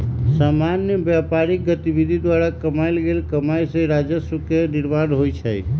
सामान्य व्यापारिक गतिविधि द्वारा कमायल गेल कमाइ से राजस्व के निर्माण होइ छइ